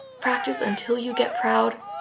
practice until you get proud,